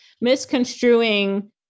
misconstruing